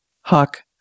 Huck